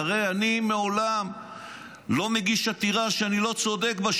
הרי אני מעולם לא מגיש עתירה שאני לא צודק בה,